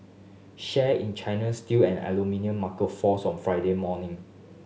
share in China's steel and aluminium marker fells on Friday morning